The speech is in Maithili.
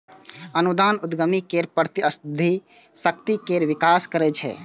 अनुदान उद्यमी केर प्रतिस्पर्धी शक्ति केर विकास करै छै